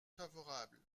favorable